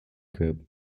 group